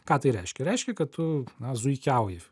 ką tai reiškia reiškia kad tu na zuikiauji